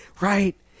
Right